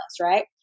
right